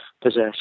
possess